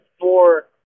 more